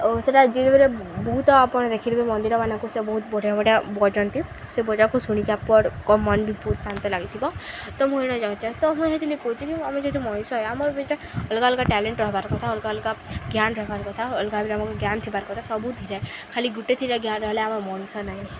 ଓ ସେଟା ଯେବେରେ ବହୁତ ଆପଣ ଦେଖିଥିବେ ମନ୍ଦିରମାନଙ୍କୁ ସେ ବହୁତ୍ ବଢ଼ିଆ ବଢ଼ିଆ ବଜାନ୍ତି ସେ ବଜାକୁ ଶୁଣିିକି ଆପଣଙ୍କ ମନ୍ ବି ବହୁତ୍ ଶାନ୍ତ ଲାଗିଥିବ ତ ମୁଁ ଏ ଯାଉଚେ ତ ମୁଇଁ ହେତିର୍ଲାଗି କହୁଚି କି ଆମେ ଯଦି ମଣିଷ ଏ ଆମର୍ ଭିତ୍ରେ ଅଲ୍ଗା ଅଲ୍ଗା ଟ୍ୟାଲେଣ୍ଟ୍ ରହେବାର୍ କଥା ଅଲ୍ଗା ଅଲ୍ଗା ଜ୍ଞାନ୍ ରହେବାର୍ କଥା ଅଲ୍ଗା ରେ ଆମ୍କୁ ଜ୍ଞାନ୍ ଥିବାର୍ କଥା ସବୁଥିରେ ଖାଲି ଗୁଟେ ଥିରେ ଜ୍ଞାନ୍ ରହେଲେ ଆମର୍ ମଣିଷା ନାଇ